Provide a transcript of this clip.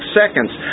seconds